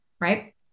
right